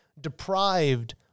deprived